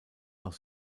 nach